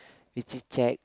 you chit chat